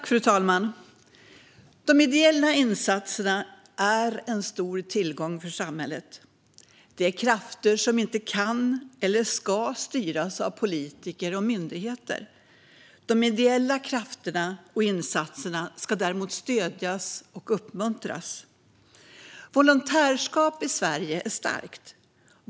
Fru talman! De ideella insatserna är en stor tillgång för samhället. Det är krafter som inte kan eller ska styras av politiker och myndigheter. De ideella krafterna och insatserna ska däremot stödjas och uppmuntras. Volontärskapet i Sverige är starkt.